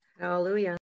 Hallelujah